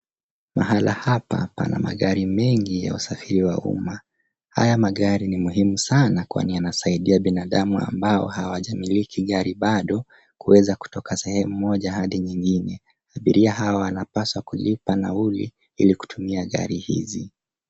Mahali hapa pana magari mengi ya usafiri wa umma. Haya mgari ni muhimu sana, kwani yanasaidia binadamu ambao hawajamiliki gari baado kuweza kutoka sehemu moja hadi nyingine. Abiria hawa wanapaswa kulipa nauli ili kutumia gari hizi.